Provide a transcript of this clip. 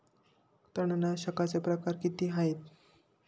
तणनाशकाचे प्रकार किती आहेत?